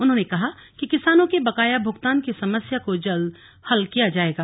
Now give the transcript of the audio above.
उन्होंने कहा कि किसानों के बकाया भुगतान की समस्या को जल्द हल किया जायेगा